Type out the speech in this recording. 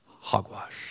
Hogwash